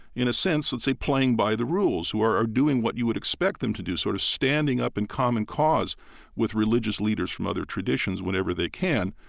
in a sense, let's say playing by the rules, who are doing what you would expect them to do, sort of standing up in common cause with religious leaders from other traditions whenever they can.